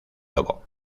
lobo